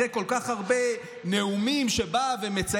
אחרי כל כך הרבה נאומים שהוא בא ומציין,